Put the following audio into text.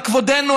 על כבודנו,